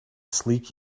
sleek